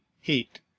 heat